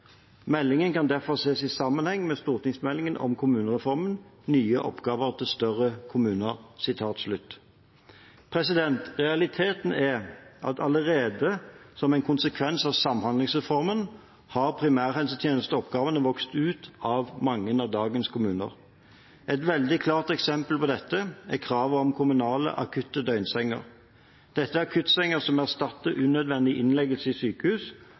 Meldingen kan derfor sees i sammenheng med Meld. St. 14 Kommunereformen – nye oppgaver til større kommuner.» Realiteten er at allerede som en konsekvens av samhandlingsreformen har primærhelsetjenesteoppgavene vokst ut av mange av dagens kommuner. Et veldig klart eksempel på dette er kravet om kommunale akutte døgnsenger. Dette er akuttsenger som erstatter unødvendige innleggelser i sykehus,